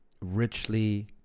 richly